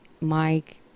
Mike